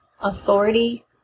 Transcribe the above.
authority